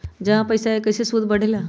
जमा पईसा के कइसे सूद बढे ला?